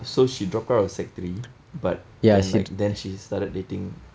so she dropped out of sec three but then like then she started dating